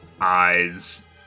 eyes